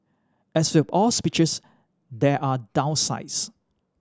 as with all speeches there are downsides